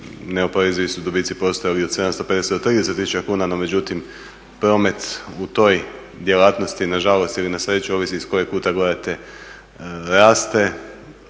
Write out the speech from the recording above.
neoporezivi su dobici postojali od 750 do 30 tisuća kuna, no međutim promet u toj djelatnosti nažalost ili na sreću ovisi iz kojeg kuta gledate raste